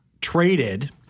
traded